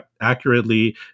accurately